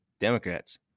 Democrats